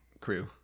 Crew